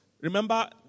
remember